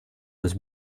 was